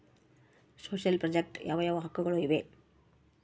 Social project ಯಾವ ಯಾವ ಹಕ್ಕುಗಳು ಇವೆ?